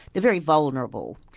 they're very vulnerable,